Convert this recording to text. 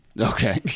Okay